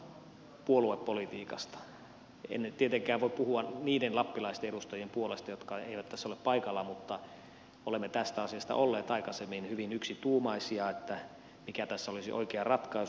en nyt tietenkään voi puhua niiden lappilaisten edustajien puolesta jotka eivät tässä ole paikalla mutta olemme tästä asiasta olleet aikaisemmin hyvin yksituumaisia mikä tässä olisi oikea ratkaisu